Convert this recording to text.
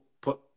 put